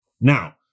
Now